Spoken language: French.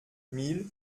mille